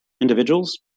individuals